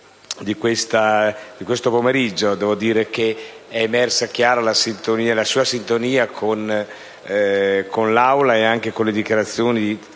Grazie,